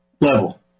level